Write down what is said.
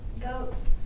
goats